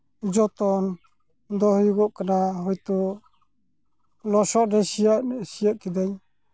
ᱡᱚᱛᱚᱱ ᱫᱚ ᱦᱩᱭᱩᱜᱚᱜ ᱠᱟᱱᱟ ᱦᱳᱭᱛᱳ ᱞᱚᱥᱚᱫ ᱨᱮ ᱥᱤᱭᱳᱜ ᱥᱤᱭᱳᱜ ᱠᱤᱫᱟᱹᱧ